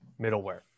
middleware